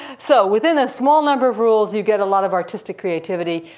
so within a small number of rules you get a lot of artistic creativity,